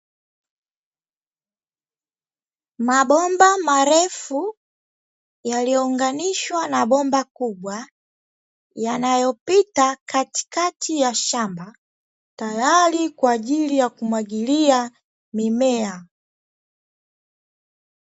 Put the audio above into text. Mabomba marefu yaliyounganishwa na bomba kubwa, yanayopita katikati ya shamba, tayari kwa ajili ya kumwagilia mimea.